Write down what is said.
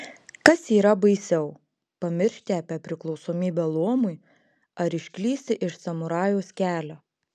kas yra baisiau pamiršti apie priklausomybę luomui ar išklysti iš samurajaus kelio